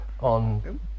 on